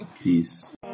Peace